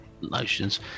notions